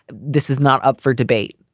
this is not up for debate.